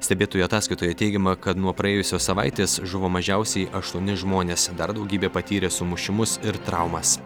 stebėtojų ataskaitoje teigiama kad nuo praėjusios savaitės žuvo mažiausiai aštuoni žmonės dar daugybė patyrė sumušimus ir traumas